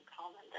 comment